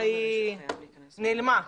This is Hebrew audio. היא נעלמה.